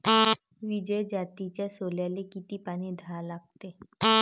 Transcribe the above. विजय जातीच्या सोल्याले किती पानी द्या लागन?